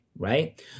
Right